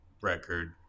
record